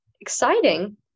exciting